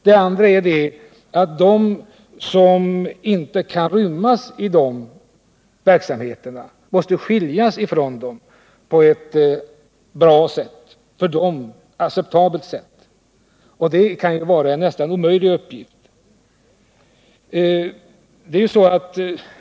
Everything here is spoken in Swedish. Det andra är att de som inte kan rymmas inom dessa verksamheter måste skiljas från dem på ett för dessa människor acceptabelt sätt, och det kan vara en nästan omöjlig uppgift.